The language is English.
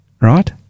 right